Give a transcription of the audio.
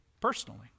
personally